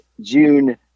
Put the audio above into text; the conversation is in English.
June